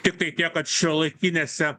tiktai tiek kad šiuolaikinėse